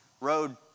road